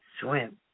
Swim